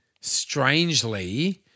strangely